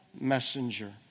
messenger